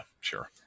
sure